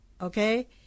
okay